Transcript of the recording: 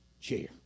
chair